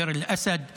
דיר אל-אסד ונחף,